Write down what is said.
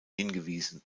hingewiesen